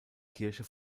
kirche